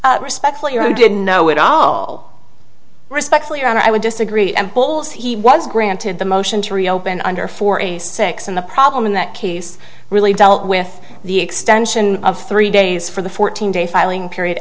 was respectfully you who didn't know it all respectfully and i would disagree and pulls he was granted the motion to reopen under for a six and the problem in that case really dealt with the extension of three days for the fourteen day filing period